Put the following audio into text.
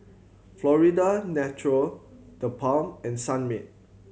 Florida Natural TheBalm and Sunmaid